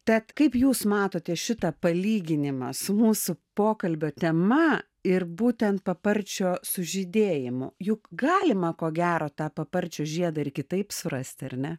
tad kaip jūs matote šitą palyginimą su mūsų pokalbio tema ir būtent paparčio sužydėjimu juk galima ko gero tą paparčio žiedą ir kitaip surasti ar ne